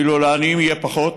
ואילו לעניים יהיה פחות.